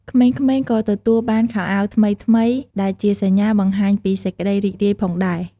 ក្មេងៗក៏ទទួលបាន ខោអាវថ្មីៗ ដែលជាសញ្ញាបង្ហាញពីសេចក្ដីរីករាយផងដែរ។